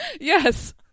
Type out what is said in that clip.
Yes